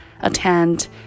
attend